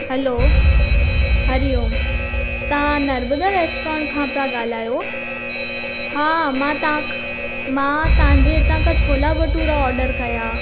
हलो हरिओम तव्हां नर्मदा रेस्ट्रॉन खां पिया ॻाल्हायो हा मां तव्हां खां मां तव्हां जे इतां खां छोला बटूरा ऑडर कया